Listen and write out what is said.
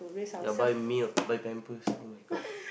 yeah buy milk buy pampers oh-my-God